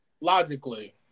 logically